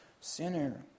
sinner